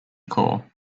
core